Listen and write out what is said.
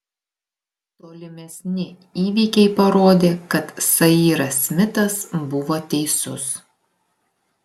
tolimesni įvykiai parodė kad sairas smitas buvo teisus